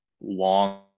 long